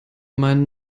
meinen